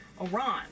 Iran